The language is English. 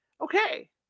Okay